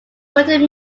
worked